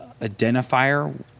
identifier